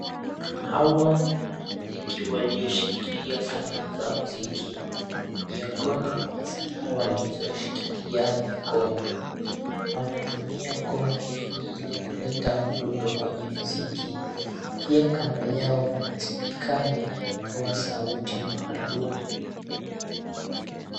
Hawa ni wanamuziki walioshikilia sanaa za muziki. Miongoni mwa sanaa walizoshikilia ni ngoma. Wanatumia ngoma hili ili kuleta mdundo kwenye muziki. Pia kando yao mna spika inayotoa sauti maalum.